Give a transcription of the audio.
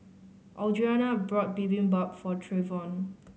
Audrianna bought Bibimbap for Trayvon